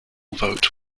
vote